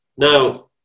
Now